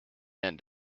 end